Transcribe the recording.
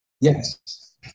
yes